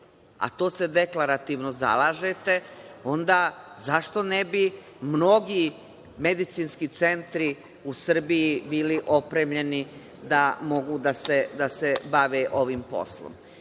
za to se deklarativno zalažete, onda zašto ne bi mnogi medicinski centri u Srbiji bili opremljeni da mogu da se bave ovim poslom? Ovaj